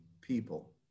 people